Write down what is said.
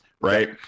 right